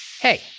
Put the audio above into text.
Hey